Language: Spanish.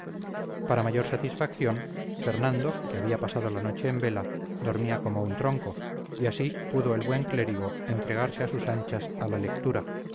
para mayor satisfacción fernando que había pasado la noche en vela dormía como un tronco y así pudo el buen clérigo entregarse a sus anchas a la lectura